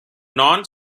non